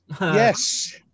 yes